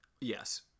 Yes